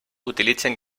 utilitzen